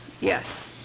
yes